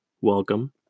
welcome